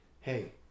hey